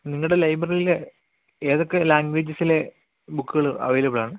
നിങ്ങളുടെ ലൈബ്രറിയിൽ ഏതൊക്കെ ലാംഗ്വേജസിലെ ബുക്കുകൾ അവൈലബിൾ ആണ്